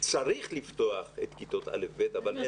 שצריך לפתוח את כיתות א'-ב' אבל מכיוון